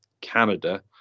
Canada